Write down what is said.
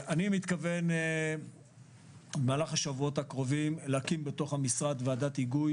אני מתכוון במהלך השבועות הקרובים להקים בתוך המשרד ועדת היגוי